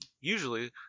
Usually